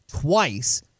twice